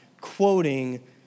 quoting